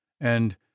and